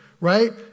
right